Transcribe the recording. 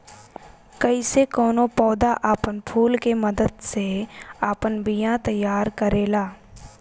कइसे कौनो पौधा आपन फूल के मदद से आपन बिया तैयार करेला